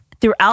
throughout